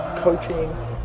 Coaching